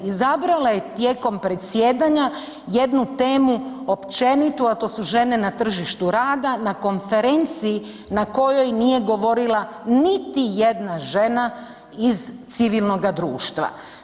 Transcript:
Izabrala je tijekom predsjedanja jednu temu općenitu, a to su žene na tržištu rada na konferenciji na kojoj nije govorila niti jedna žena iz civilnoga društva.